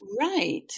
Right